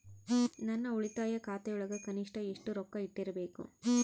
ನನ್ನ ಉಳಿತಾಯ ಖಾತೆಯೊಳಗ ಕನಿಷ್ಟ ಎಷ್ಟು ರೊಕ್ಕ ಇಟ್ಟಿರಬೇಕು?